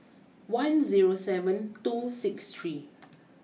one zero seven two six three